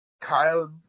Kyle